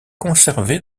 conservé